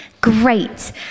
great